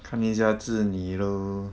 看一下子女 lor